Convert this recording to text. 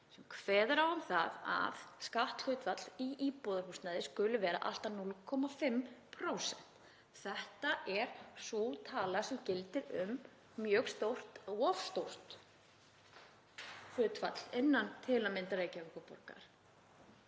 er kveðið á um það að skatthlutfall í íbúðarhúsnæði skuli vera allt að 0,5%. Þetta er sú tala sem gildir um mjög stórt, of stórt, hlutfall innan til að mynda Reykjavíkurborgar